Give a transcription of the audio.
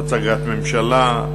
הצגת ממשלה,